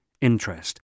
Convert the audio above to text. interest